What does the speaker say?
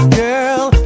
girl